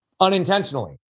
unintentionally